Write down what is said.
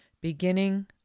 Beginning